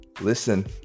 Listen